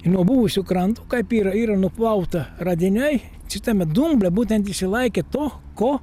nuo buvusio kranto kaip yra yra nuplauta radiniai šitame dumble būtent išsilaikė to ko